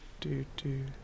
Do-do